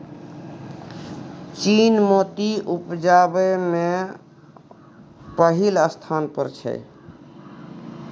चीन मोती उपजाबै मे पहिल स्थान पर छै